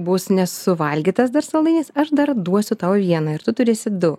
bus nesuvalgytas dar saldainis aš dar duosiu tau vieną ir tu turėsi du